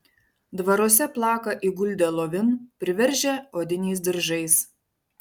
dvaruose plaka įguldę lovin priveržę odiniais diržais